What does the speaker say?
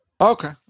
Okay